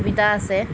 সুবিধা আছে